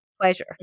pleasure